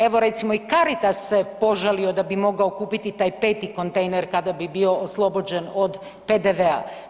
Evo recimo, i Caritas se požalio da bi mogao kupiti taj 5. kontejner kada bi bio oslobođen od PDV-a.